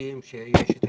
החרדים יש ישיבות,